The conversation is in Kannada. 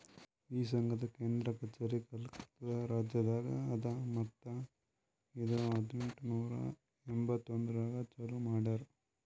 ಈ ಸಂಘದ್ ಕೇಂದ್ರ ಕಚೇರಿ ಕೋಲ್ಕತಾ ರಾಜ್ಯದಾಗ್ ಅದಾ ಮತ್ತ ಇದು ಹದಿನೆಂಟು ನೂರಾ ಎಂಬತ್ತೊಂದರಾಗ್ ಚಾಲೂ ಮಾಡ್ಯಾರ್